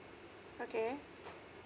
okay